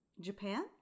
japan